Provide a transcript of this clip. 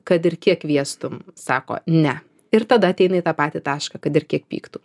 kad ir kiek kviestum sako ne ir tada ateina į tą patį tašką kad ir kiek pyktų